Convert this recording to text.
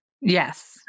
Yes